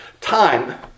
time